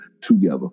together